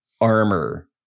armor